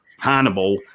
Hannibal